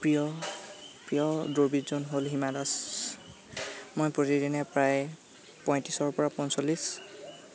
প্ৰিয় প্ৰিয় দৌৰবিদজন হ'ল হিমা দাস মই প্ৰতিদিনে প্ৰায় পঁয়ত্ৰিছৰ পৰা পঞ্চল্লিছ